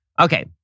Okay